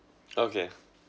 okay